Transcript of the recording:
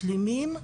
משלימים,